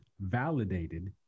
validated